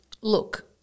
Look